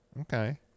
Okay